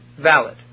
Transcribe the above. valid